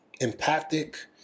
empathic